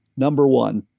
number one,